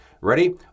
Ready